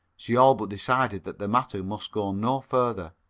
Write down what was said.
she all but decided that the matter must go no further.